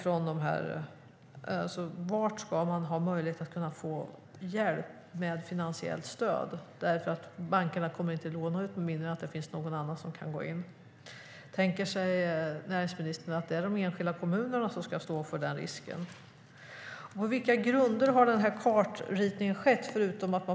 Var ska man ha möjlighet att få hjälp med finansiellt stöd? Bankerna kommer inte att låna ut pengar med mindre än att det finns någon annan som kan gå in. Tänker sig näringsministern att det är de enskilda kommunerna som ska stå för risken? På vilka grunder har kartritningen skett?